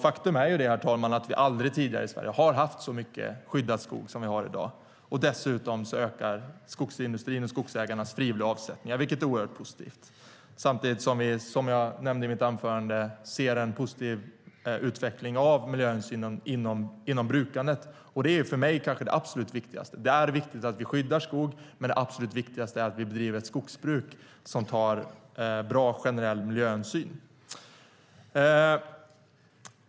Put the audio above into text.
Faktum är, herr talman, att vi aldrig tidigare i Sverige har haft så mycket skyddad skog som vi har i dag. Dessutom ökar skogsindustrins och skogsägarnas frivilliga avsättningar, vilket är oerhört positivt. Samtidigt ser vi, som jag nämnde i mitt anförande, en positiv utveckling av miljöhänsynen inom brukandet. Det är för mig kanske det absolut viktigaste. Det är viktigt att vi skyddar skog, men det absolut viktigaste är att vi bedriver ett skogsbruk som tar bra generell miljöhänsyn.